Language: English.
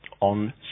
on